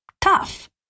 tough